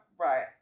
right